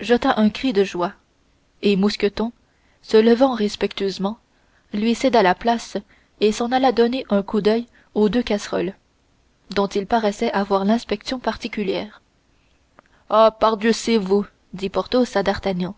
un grand cri de joie et mousqueton se levant respectueusement lui céda la place et s'en alla donner un coup d'oeil aux deux casseroles dont il paraissait avoir l'inspection particulière ah pardieu c'est vous dit porthos à d'artagnan